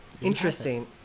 Interesting